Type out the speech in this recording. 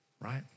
right